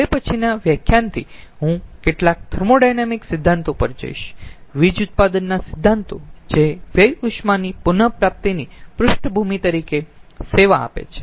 હવે પછીનાં વ્યાખ્યાનથી હું કેટલાક થર્મોોડાયનેમિક સિદ્ધાંતો પર જઈશ વીજ ઉત્પાદનના સિદ્ધાંતો જે વ્યય ઉષ્માની પુન પ્રાપ્તિની પૃષ્ઠભૂમિ તરીકે સેવા આપે છે